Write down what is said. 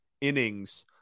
innings